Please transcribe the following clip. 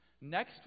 Next